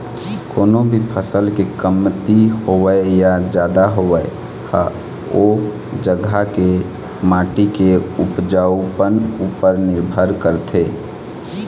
कोनो भी फसल के कमती होवई या जादा होवई ह ओ जघा के माटी के उपजउपन उपर निरभर करथे